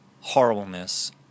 Horribleness